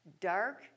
dark